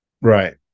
Right